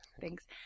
Thanks